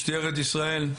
משטרת ישראל.